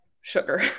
sugar